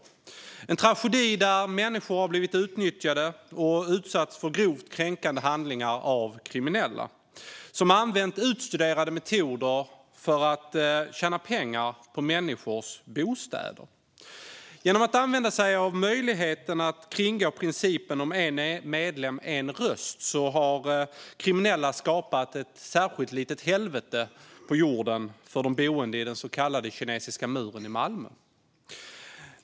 Det är en tragedi där människor har blivit utnyttjade och utsatta för grovt kränkande handlingar av kriminella som använt utstuderade metoder för att tjäna pengar på människors bostäder. Genom att använda sig av möjligheten att kringgå principen om en medlem, en röst har kriminella skapat ett litet helvete på jorden för de boende i den så kallade Kinesiska muren i Malmö.